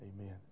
Amen